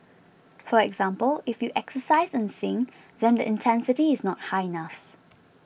for example if you exercise and sing then the intensity is not high enough